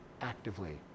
actively